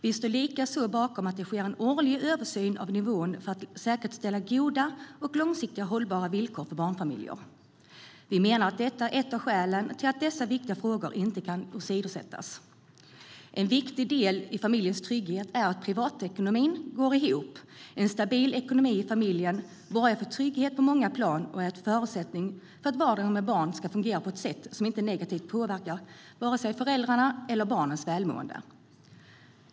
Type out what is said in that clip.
Vi står likaså bakom att det sker en årlig översyn av nivån för att säkerställa goda och långsiktigt hållbara villkor för barnfamiljer. Vi menar att detta är ett av skälen till att dessa viktiga frågor inte kan åsidosättas. En viktig del i familjens trygghet är att privatekonomin går ihop. En stabil ekonomi i familjen borgar för trygghet på många plan och är en förutsättning för att vardagen med barn ska fungera på ett sätt som inte negativt påverkar vare sig föräldrarnas eller barnens välmående.